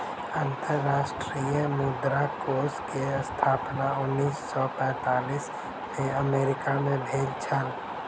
अंतर्राष्ट्रीय मुद्रा कोष के स्थापना उन्नैस सौ पैंतालीस में अमेरिका मे भेल छल